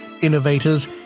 innovators